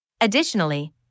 Additionally